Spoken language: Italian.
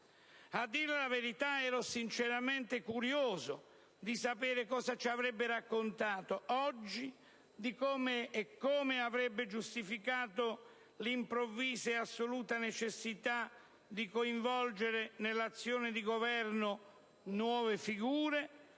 A dir la verità, ero sinceramente curioso di sapere cosa ci avrebbe raccontato oggi, come avrebbe giustificato l'improvvisa e assoluta necessità di coinvolgere nell'azione di governo nuove figure,